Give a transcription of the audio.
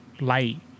light